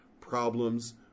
problems